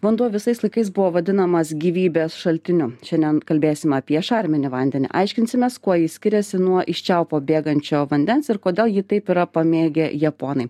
vanduo visais laikais buvo vadinamas gyvybės šaltiniu šiandien kalbėsim apie šarminį vandenį aiškinsimės kuo jis skiriasi nuo iš čiaupo bėgančio vandens ir kodėl jį taip yra pamėgę japonai